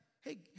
hey